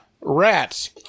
Rats